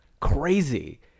crazy